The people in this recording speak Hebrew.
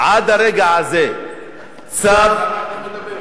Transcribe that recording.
עד הרגע הזה, צו,